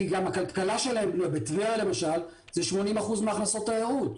כי בטבריה למשל 80% מההכנסות זה תיירות.